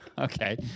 Okay